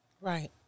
Right